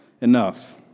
enough